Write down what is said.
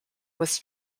was